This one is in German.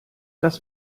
das